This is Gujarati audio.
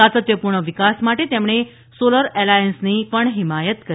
સાતત્યપૂર્ણ વિકાસ માટે તેમણે સોલર એલાયંસની હિમાયત કરી